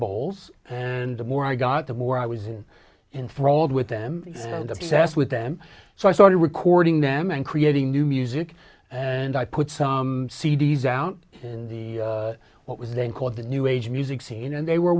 bowls and the more i got the more i was in in fraud with them and obsessed with them so i started recording them and creating new music and i put some c d s out in the what was then called the new age music scene and they were